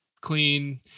Clean